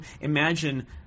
imagine